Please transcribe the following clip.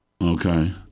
Okay